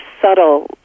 subtle